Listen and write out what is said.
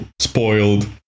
spoiled